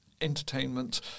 entertainment